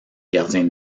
gardien